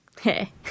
Hey